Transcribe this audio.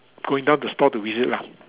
going down the store to visit lah